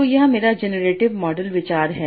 तो यह मेरा जेनरेटिव मॉडल विचार है